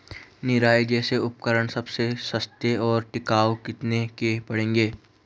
निराई जैसे उपकरण सबसे सस्ते और टिकाऊ कितने के पड़ेंगे?